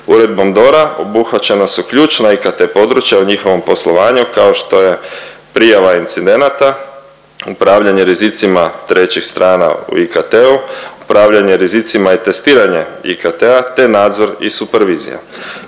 Uredbom DORA obuhvaćena su ključna IKT područja u njihovom poslovanju kao što je prijava incidenata, upravljanje rizicima trećih strana u IKT-u, upravljanje rizicima i testiranje IKT-a, te nadzor i supervizija.